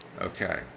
Okay